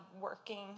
working